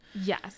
yes